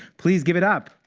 please give it up.